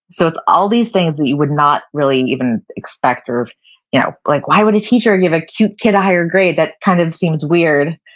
so it's all these things that you would not really even expect or you know like why would a teacher give a cute kid a higher grade? that kind of seems weird,